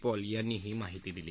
Paul यांनी ही माहिती दिली